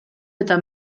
eta